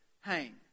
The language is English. hang